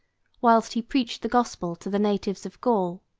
whilst he preached the gospel to the natives of gaul.